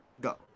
Go